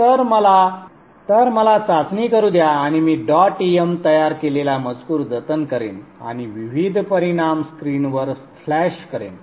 तर मला संदर्भ वेळ 2052 चाचणी करू द्या आणि मी डॉट m तयार केलेला मजकूर जतन करेन आणि विविध परिणाम स्क्रीनवर फ्लॅश करेन